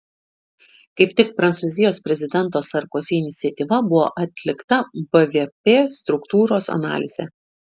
kaip tik prancūzijos prezidento sarkozi iniciatyva buvo atlikta bvp struktūros analizė